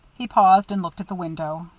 he paused and looked at the window,